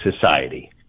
society